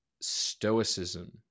stoicism